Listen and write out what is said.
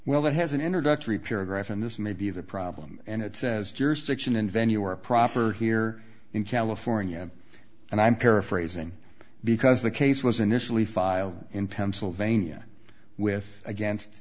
well that has an introductory paragraph and this may be the problem and it says jurisdiction and venue are proper here in california and i'm paraphrasing because the case was initially filed in pennsylvania with against